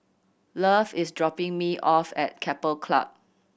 Love is dropping me off at Keppel Club